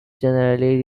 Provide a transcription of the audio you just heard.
generally